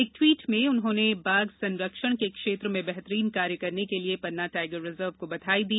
एक ट्वीट में उन्होंने बाघ संरक्षण के क्षेत्र में बेहतरीन कार्य करने के लिए पन्ना टाइगर रिजर्व को बधाई दी